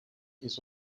ist